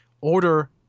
order